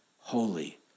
holy